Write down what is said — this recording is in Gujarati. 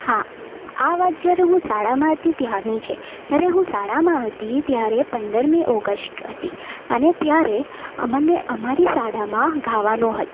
હા આ વાત જ્યારે હું શાળામાં હતી ત્યારની છે જ્યારે હું શાળામાં હતી ત્યારે પંદરમી ઓગસ્ટ હતી અને ત્યારે અમને અમારી શાળામાં ગાવાનું હતું